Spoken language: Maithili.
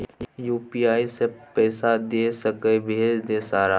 यु.पी.आई से पैसा दे सके भेज दे सारा?